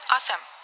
Awesome